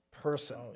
person